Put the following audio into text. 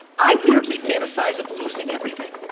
i weirdly fantasize of losing everything.